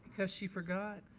because she forgot.